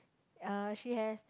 uh she has